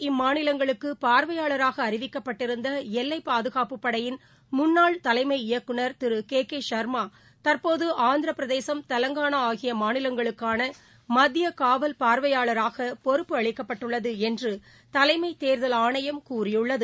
இம்மாநிலங்களுக்குபார்வையாளராகஅறிவிக்கப்பட்டிருந்தஎல்லைபாதுகாப்பு ஏற்கனவே படையின் தலைமை இயக்குநர் திருகேகேசர்மாதற்போதுஆந்திரபிரதேசம் முன்னாள் தெலங்கானாஆகியமாநிலங்களுக்கானமத்தியகாவல் பார்வையாளராகபொறுப்பு அளிக்கப்பட்டுள்ளதுஎன்றுதலைமைதேர்தல் ஆணையம் கூறியுள்ளது